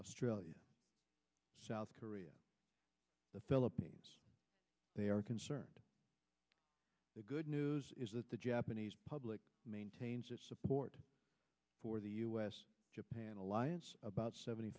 australia south korea the philippines they are concerned the good news is that the japanese public maintains its support for the us japan alliance about seventy